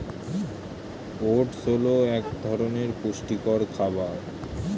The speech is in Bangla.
ওট্স হল এক ধরনের পুষ্টিকর খাবার